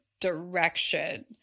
direction